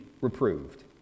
reproved